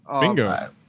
Bingo